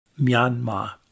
Myanmar